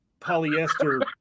polyester